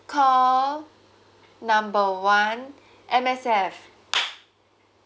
call number one M_S_F